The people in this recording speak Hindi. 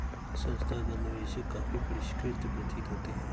संस्थागत निवेशक काफी परिष्कृत प्रतीत होते हैं